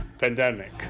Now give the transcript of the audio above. pandemic